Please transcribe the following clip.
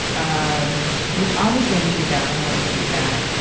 um yeah obviously i'm too fat, i'm always too fat.